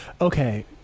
Okay